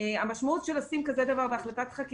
המשמעות של הכנסת כזה דבר בחקיקה,